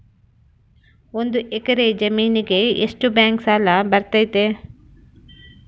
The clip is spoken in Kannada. ಒಂದು ಎಕರೆ ಜಮೇನಿಗೆ ಎಷ್ಟು ಬ್ಯಾಂಕ್ ಸಾಲ ಬರ್ತೈತೆ?